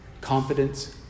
confidence